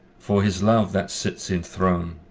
for his love that sits in throne.